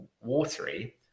watery